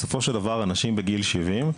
בסופו של דבר אנשים בגיל 70,